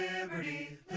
liberty